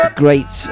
great